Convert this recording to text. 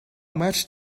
much